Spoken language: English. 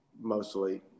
mostly